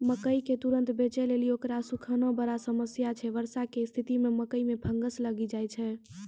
मकई के तुरन्त बेचे लेली उकरा सुखाना बड़ा समस्या छैय वर्षा के स्तिथि मे मकई मे फंगस लागि जाय छैय?